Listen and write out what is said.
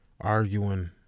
arguing